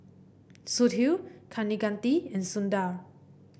Sudhir Kaneganti and Sundar